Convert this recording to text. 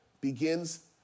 begins